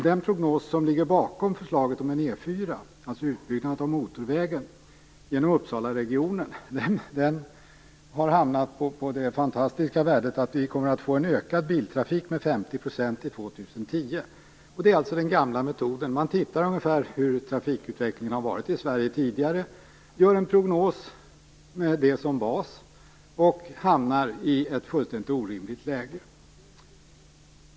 Den prognos som ligger bakom förslaget om E 4, dvs. en utbyggnad av motorvägen genom Uppsalaregionen, har hamnat på det fantastiska värdet att biltrafiken kommer att öka med 50 % till år 2010. Det är alltså den gamla metoden som har använts, dvs. att titta på hur trafikutvecklingen har varit i Sverige tidigare, att göra en prognos med detta som bas och att hamna i ett fullständigt orimligt läge.